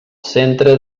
centre